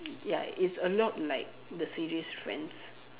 ya it's a lot like the series friends